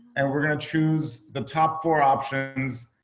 and we're going to choose the top four options.